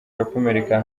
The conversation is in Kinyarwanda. arakomereka